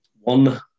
one